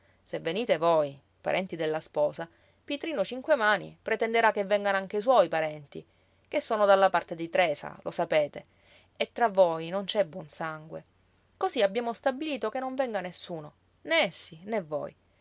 se venite voi parenti della sposa pitrinu cinquemani pretenderà che vengano anche i suoi parenti che sono dalla parte di tresa lo sapete e tra voi non c'è buon sangue cosí abbiamo stabilito che non venga nessuno né essi né voi